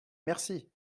merci